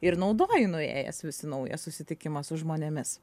ir naudoji nuėjęs vis į naują susitikimą su žmonėmis